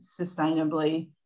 sustainably